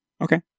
Okay